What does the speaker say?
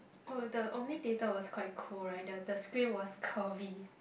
oh the Omni Theatre was quite cool right the the screen was curvy